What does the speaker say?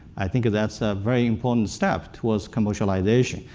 i think that's a very important step towards commercialization.